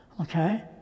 Okay